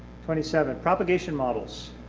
twenty seven, propagation models.